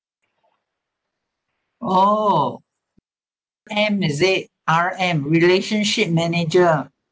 oh R_M is it R_M relationship manager